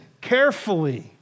carefully